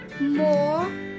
more